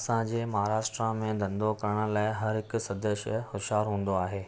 असां जे महाराष्ट्र में धंधो करण लाइ हर हिकु सदस्य होशयारु हूंदो आहे